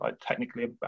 technically